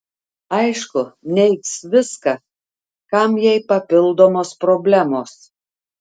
aišku neigs viską kam jai papildomos problemos